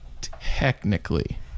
technically